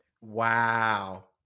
Wow